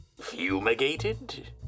fumigated